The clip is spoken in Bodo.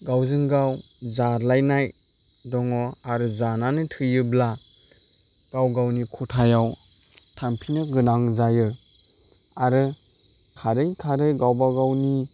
गावजों गाव जालायनाय दङ आरो जानानै थैयोब्ला गाव गावनि खथायाव थांफिननो गोनां जायो आरो खारै खारै गावबा गावनि